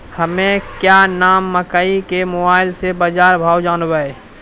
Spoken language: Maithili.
हमें क्या नाम मकई के मोबाइल से बाजार भाव जनवे?